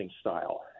style